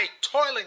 toiling